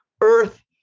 earth